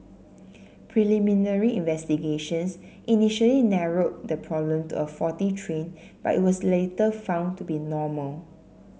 preliminary investigations initially narrowed the problem to a faulty train but it was later found to be normal